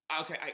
okay